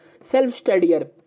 self-studier